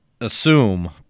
assume